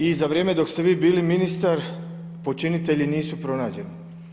I za vrijeme dok ste vi bili ministar počinitelji nisu pronađeni.